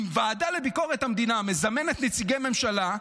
אם הוועדה לביקורת המדינה מזמנת נציגי ממשלה,